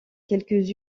quelques